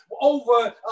over